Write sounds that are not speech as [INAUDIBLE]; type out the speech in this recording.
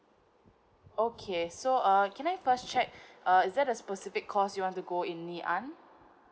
okay so uh can I first check [BREATH] uh is there a specific course you want to go in ngee ann